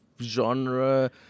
genre